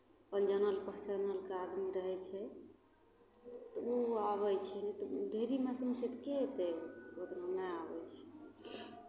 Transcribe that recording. अपन जानल पहचानलके आदमी रहै छै तऽ ओ आबै छै नहि तऽ ढेरी मशीन छै तऽ के अयतै ओतना नहि आबै छै